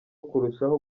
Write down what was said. kurushaho